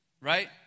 Right